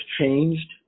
changed